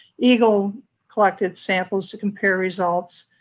egle collected samples to compare results,